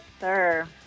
sir